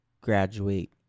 graduate